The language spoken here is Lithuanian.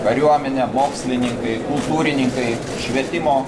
kariuomenė mokslininkai kultūrininkai švietimo